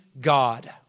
God